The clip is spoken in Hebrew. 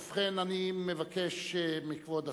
ובכן, אני מבקש מכבוד השר,